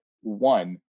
one